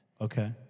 Okay